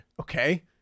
Okay